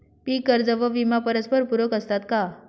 पीक कर्ज व विमा परस्परपूरक असतात का?